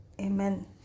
Amen